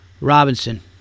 Robinson